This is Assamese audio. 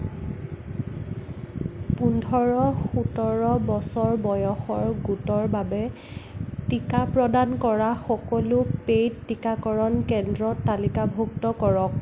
পোন্ধৰ সোতৰ বছৰবয়সৰ গোটৰ বাবে টীকা প্ৰদান কৰা সকলো পেইড টীকাকৰণ কেন্দ্ৰ তালিকাভুক্ত কৰক